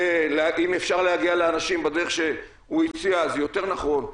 ואם אפשר להגיע לאנשים בדרך שהוא הציע אז זה יותר נכון.